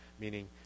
meaning